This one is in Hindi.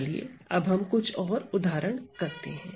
चलिए अब हम कुछ और उदाहरण करते हैं